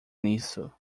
nisso